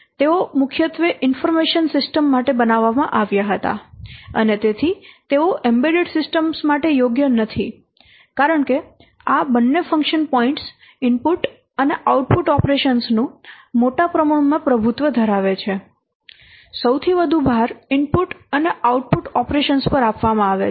તેઓ મુખ્યત્વે information systems માટે બનાવવામાં આવ્યા હતા અને તેથી તેઓ એમ્બેડેડ સિસ્ટમ માટે યોગ્ય નથી કારણ કે આ બંને ફંક્શન પોઇન્ટ્સ ઇનપુટ અને આઉટપુટ ઓપરેશંસ નું મોટા પ્રમાણમાં પ્રભુત્વ ધરાવે છે સૌથી વધુ ભાર ઇનપુટ અને આઉટપુટ ઓપરેશંસ પર આપવામાં આવે છે